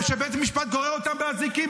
שבית המשפט גורר אותם באזיקים,